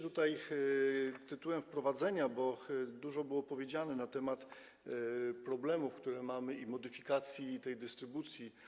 Tytułem wprowadzenia, bo dużo było powiedziane na temat problemów, które mamy, i modyfikacji tej dystrybucji.